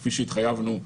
כפי שהתחייבנו.